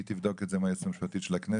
היא תבדוק את זה עם היועצת המשפטית של הכנסת,